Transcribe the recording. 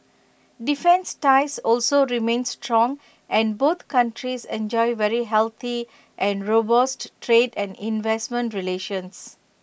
defence ties also remain strong and both countries enjoy very healthy and robust trade and investment relations